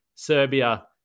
Serbia